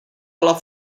alla